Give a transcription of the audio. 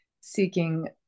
seeking